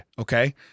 Okay